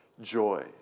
joy